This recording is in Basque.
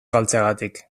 galtzegatik